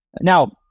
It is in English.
Now